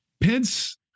Pence